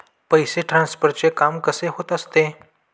पैसे ट्रान्सफरचे काम कसे होत असते?